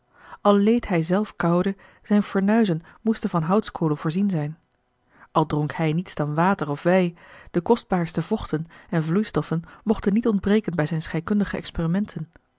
leed hij zelf koude zijne fornuizen moesten van houtskolen voorzien zijn al dronk hij niets dan water of wei de kostbaarste vochten en vloeistoffen mochten niet ontbreken bij zijne scheikundige